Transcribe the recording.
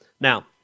Now